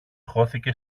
χώθηκε